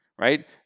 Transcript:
right